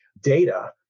data